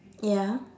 ya